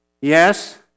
yes